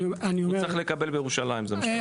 הוא צריך לקבל בירושלים, זה מה שאתה אומר?